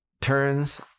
turns